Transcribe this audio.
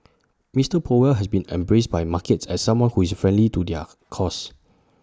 Mister powell has been embraced by markets as someone who is friendly to their cause